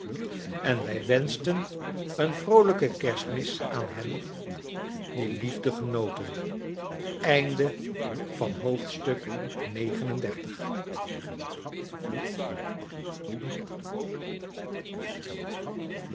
en wij wenschten een vroolijke kerstmis aan hen die liefde genoten